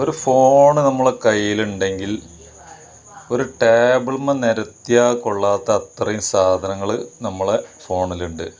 ഒരു ഫോണ് നമ്മുടെ കൈയില് ഉണ്ടെങ്കില് ഒരു ടേബിള് മേല് നിരത്തിയാൽ കൊള്ളാത്ത അത്രയും സാധനങ്ങള് നമ്മളുടെ ഫോണിലുണ്ട്